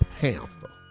Panther